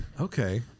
Okay